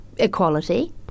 equality